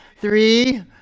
Three